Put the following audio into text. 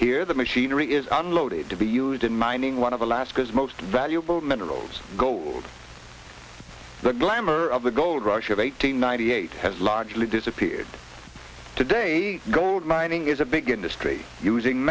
here the machinery is unloaded to be used in mining one of alaska's most valuable minerals gold the glamour of the gold rush of eight hundred ninety eight has largely disappeared today gold mining is a big industry using